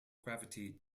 gravity